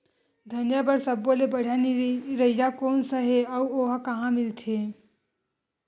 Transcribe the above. धनिया बर सब्बो ले बढ़िया निरैया कोन सा हे आऊ ओहा कहां मिलथे?